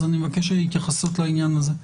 אז אני מבקש התייחסות לעניין הזה.